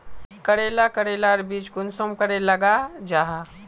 करेला करेलार बीज कुंसम करे लगा जाहा?